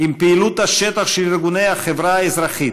עם פעילות השטח של ארגוני החברה האזרחית,